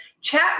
chat